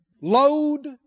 load